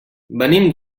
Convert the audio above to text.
venim